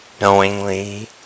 knowingly